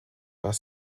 was